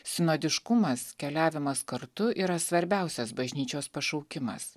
sinodiškumas keliavimas kartu yra svarbiausias bažnyčios pašaukimas